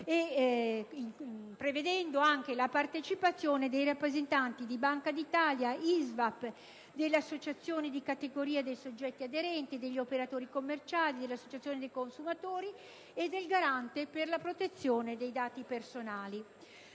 prevedendo anche la partecipazione dei rappresentanti della Banca d'Italia, dell'ISVAP, delle associazioni di categoria dei soggetti aderenti, degli operatori commerciali, delle associazioni dei consumatori e del Garante per la protezione dei dati personali.